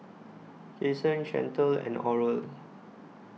Cason Chantelle and Oral